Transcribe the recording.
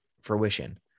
fruition